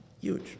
Huge